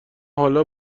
حالا